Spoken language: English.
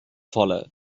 follow